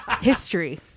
history